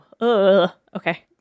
Okay